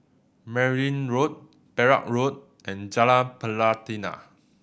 Merryn Road Perak Road and Jalan Pelatina